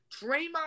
Draymond